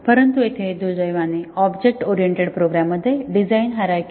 परंतु येथे दुर्दैवाने ऑब्जेक्ट ओरिएंटेड प्रोग्राममध्ये डिझाइन हिरार्चिकल नाही